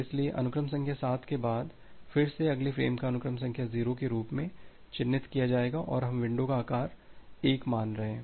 इसलिए अनुक्रम संख्या 7 के बाद फिर से अगले फ्रेम को अनुक्रम संख्या 0 के रूप में चिह्नित किया जाएगा और हम विंडो का आकार 1 मान रहे हैं